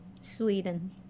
Sweden